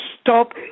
Stop